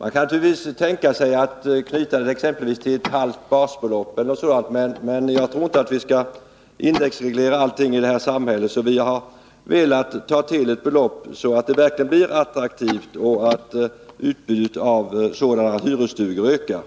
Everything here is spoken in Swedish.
Man kan naturligtvis tänka sig att knyta gränsen till exempelvis ett halvt basbelopp eller något sådant, men jag tror inte att vi skall indexreglera allting i det här samhället. Därför har vi velat ta till ett belopp så att det verkligen blir attraktivt och så att utbudet av fritidsstugor ökar.